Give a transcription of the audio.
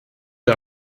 der